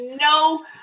no